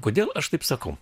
kodėl aš taip sakau